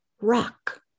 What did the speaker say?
rock